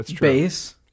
base